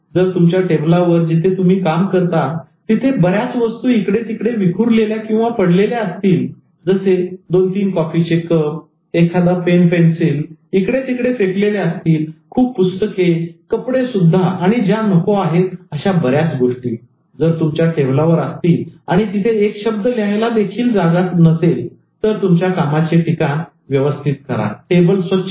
जर तुमच्या टेबलावर जिथे तुम्ही काम करता तिथे बऱ्याच वस्तू इकडे तिकडे विखुरलेल्या पडलेल्या असतील जसे 2 3 कॉफीचे कप पेन पेन्सिल्स इकडे तिकडे फेकलेले असतील खूप पुस्तके कपडेसुद्धा आणि ज्या नको आहेत अशा बऱ्याच गोष्टी जर तुमच्या टेबलवर असतील आणि तिथे एक शब्द लिहायला सुद्धा जागा नसेल तर तुमचे कामाचे ठिकाण व्यवस्थित करा टेबल स्वच्छ ठेवा